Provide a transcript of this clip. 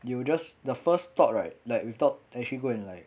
you will just the first thought right like without actually go and like